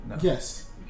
Yes